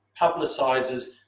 publicizes